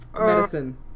Medicine